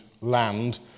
land